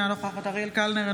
אינה נוכחת אריאל קלנר,